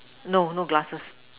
no no glasses